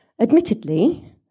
Admittedly